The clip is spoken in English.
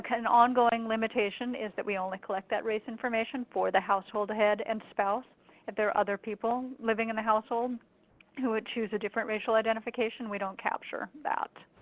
kind of ongoing limitation is that we only collect that race information for the household head and spouse. if there are other people living in the household who would choose a different racial identification, we dont capture that.